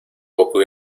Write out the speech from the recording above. poco